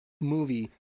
movie